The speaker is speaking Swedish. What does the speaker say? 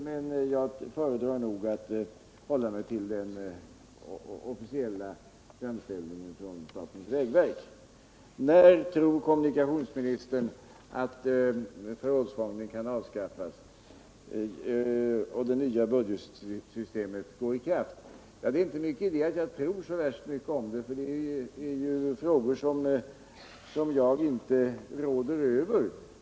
Men jag föredrar nog att hålla mig till den officiella framställningen från statens vägverk. När tror kommunikationsministern att förrådsfonden kan avskaffas och det nya budgetsystemet träda i kraft? Ja, det är inte mycket idé att jag tror så värst mycket om det, för detta är ju frågor som jag inte råder över.